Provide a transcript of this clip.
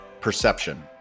perception